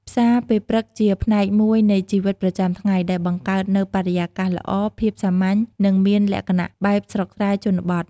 ផ្សារពេលព្រឹកជាផ្នែកមួយនៃជីវិតប្រចាំថ្ងៃ ដែលបង្កើតនូវបរិយាកាសល្អ ភាពសាមញ្ញ និងមានលក្ចណៈបែបស្រុកស្រែ ជនបទ។